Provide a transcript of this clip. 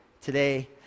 today